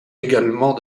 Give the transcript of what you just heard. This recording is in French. également